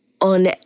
on